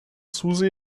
susi